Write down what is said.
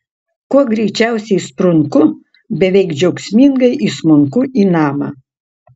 kuo greičiausiai sprunku beveik džiaugsmingai įsmunku į namą